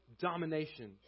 domination